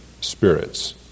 spirits